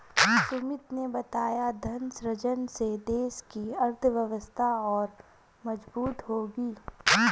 सुमित ने बताया धन सृजन से देश की अर्थव्यवस्था और मजबूत होगी